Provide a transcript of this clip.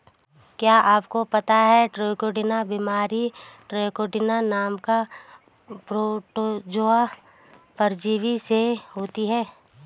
क्या आपको पता है ट्राइकोडीना बीमारी ट्राइकोडीना नामक प्रोटोजोआ परजीवी से होती है?